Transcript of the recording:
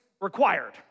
required